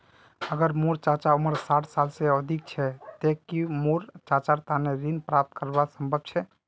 अगर मोर चाचा उम्र साठ साल से अधिक छे ते कि मोर चाचार तने ऋण प्राप्त करना संभव छे?